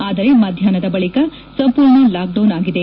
ಆದರೆ ಮಧ್ವಾಹ್ನದ ಬಳಿಕ ಸಂಪೂರ್ಣ ಲಾಕ್ಡೌನ್ ಆಗಿದೆ